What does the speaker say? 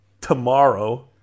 tomorrow